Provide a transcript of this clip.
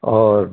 और